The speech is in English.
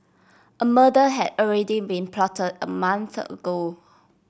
a murder had already been plot a month ago